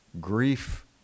grief